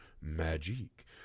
magic